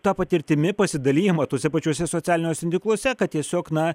ta patirtimi pasidalijama tuose pačiuose socialiniuose tinkluose kad tiesiog na